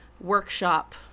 workshop